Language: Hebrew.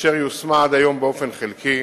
אשר יושמה עד היום באופן חלקי.